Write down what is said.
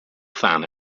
fan